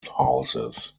houses